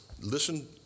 listen